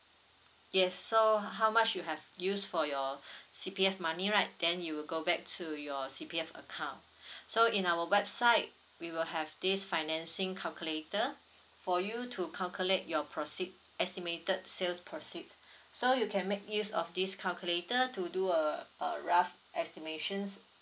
yes so how much you have use for your C_P_F money right then it'll go back to your C_P_F account so in our website we will have this financing calculator for you to calculate your proceed estimated sales proceeds so you can make use of this calculator to do uh a rough estimations